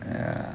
ya